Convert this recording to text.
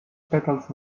pètals